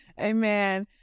Amen